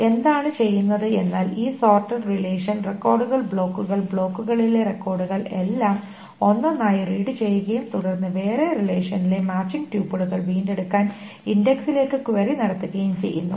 അതിനാൽ എന്താണ് ചെയ്യുന്നത് എന്നാൽ ഈ സോർട്ടഡ് റിലേഷൻ റെക്കോർഡുകൾ ബ്ലോക്കുകൾ ബ്ലോക്കുകളിലെ റെക്കോർഡുകൾ എല്ലാം ഒന്നൊന്നായി റീഡ് ചെയ്യുകയും തുടർന്ന് വേറെ റിലേഷനിലെ മാച്ചിങ് ട്യൂപ്പിളുകൾ വീണ്ടെടുക്കാൻ ഇന്ഡക്സിലേക്കു ക്വയറി നടത്തുകയും ചെയ്യുന്നു